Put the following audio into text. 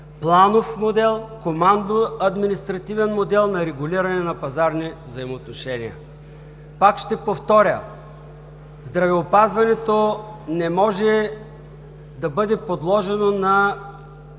планов модел, командно-административен модел на регулиране на пазарни взаимоотношения. Пак ще повторя – здравеопазването не може да бъде подложено на